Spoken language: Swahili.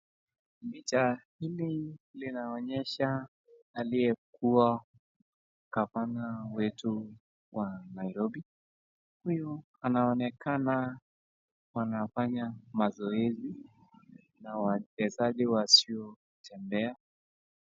Picha hili linaonyesha aliyekua gavana wetu wa Nairobi. Huyu anaonekana wanafanya mazoezi na wachezaji wasiotembea.